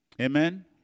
Amen